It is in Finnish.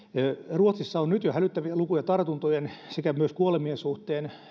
ruotsissa on nyt jo hälyttäviä lukuja tartuntojen sekä myös kuolemien suhteen